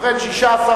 סעיף 3,